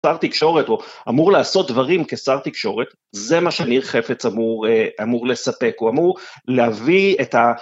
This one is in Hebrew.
שר תקשורת הוא אמור לעשות דברים כשר תקשורת זה מה שניר חפץ אמור לספק, הוא אמור להביא את ה...